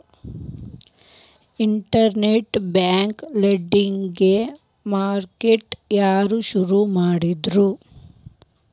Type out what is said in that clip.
Internet bank lending market ಯಾರ್ ಶುರು ಮಾಡಿದ್ರು?